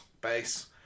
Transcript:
base